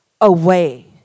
away